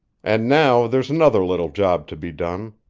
and now, there's another little job to be done.